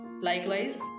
Likewise